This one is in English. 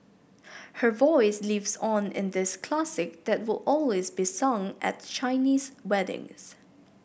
her voice lives on in this classic that will always be sung at Chinese weddings